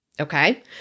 Okay